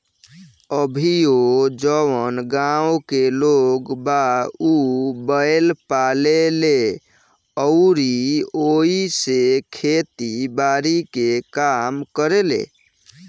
अभीओ जवन गाँव के लोग बा उ बैंल पाले ले अउरी ओइसे खेती बारी के काम करेलें